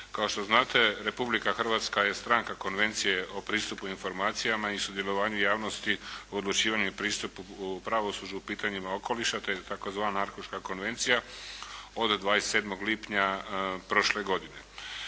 Kao što znate, Republika Hrvatska je stranka Konvencije o pristupu informacijama i sudjelovanju javnosti o odlučivanja o pristup u pravosuđu u pitanjima okoliša, te tzv. Arhuška konvencija od 27. lipnja prošle godine.